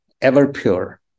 ever-pure